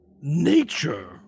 nature